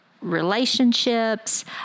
relationships